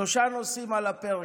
שלושה נושאים על הפרק.